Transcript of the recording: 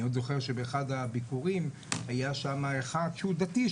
אני עוד זוכר שבאחד הביקורים היה שם אחד שהוא דתי,